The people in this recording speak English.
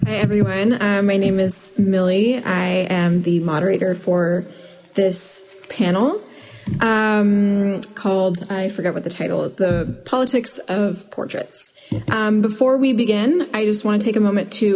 hi everyone my name is millie i am the moderator for this panel called i forget what the title the politics of portraits before we begin i just want to take a moment to